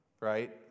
right